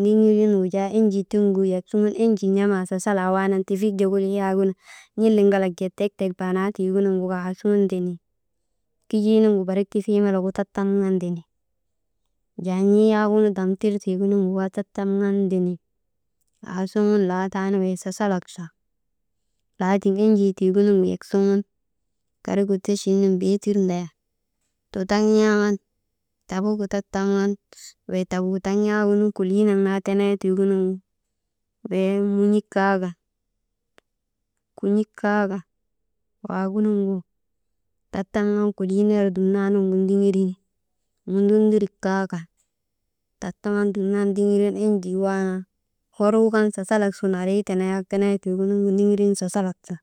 Ndiŋirin wujaa enjii tiŋgu yak suŋun enjii n̰amaa sasalaa waanan, tifik jokolii yak n̰iliŋalak jee tek, tek baanaatiigunuŋgu kaa aasuŋun ndenin kijii nuŋgu barik tifii melegu tattamaŋan ndenin, jaan̰ii yak dam tir tiigunuŋgu kaa tattamaŋan ndenin, aasuŋun laataanu wey sasalak sun, laatiŋ enjii tiigunuŋgu yak suŋun, karigu tachit nun beetir ndayan, tutak n̰aaman tabugu tattamŋan, wey tabuutaŋ yaagunu koliinak naa tenee tiigunuŋgu, bee mun̰ik kaa kan, kun̰ik kaa kan, waagunuŋgu tattamŋan kolii ner dumnan ndigirin, mundundurik kaa kan tattamaŋan dumnan ndiŋirin enjii waakan, hor wukan sasalak sun arii tenee tiigunuŋgu ndigirin sasalak sun